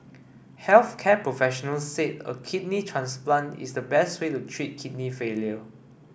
health care professionals said a kidney transplant is the best way to treat kidney failure